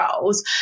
roles